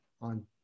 on